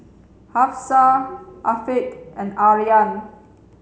Hafsa Afiq and Aryan